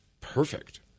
Perfect